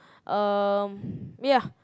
um ya